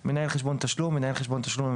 "מנהל חשבון תשלום למוטב"